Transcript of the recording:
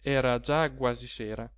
era già quasi sera